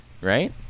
right